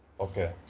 Okay